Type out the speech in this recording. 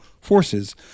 forces